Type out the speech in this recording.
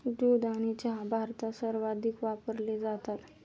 दूध आणि चहा भारतात सर्वाधिक वापरले जातात